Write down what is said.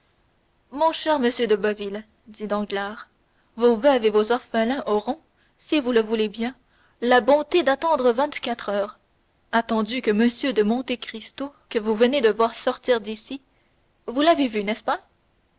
mon cher monsieur de boville dit danglars vos veuves et vos orphelins auront si vous le voulez bien la bonté d'attendre vingt-quatre heures attendu que m de monte cristo que vous venez de voir sortir d'ici vous l'avez vu n'est-ce pas